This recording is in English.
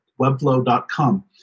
webflow.com